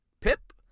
Pip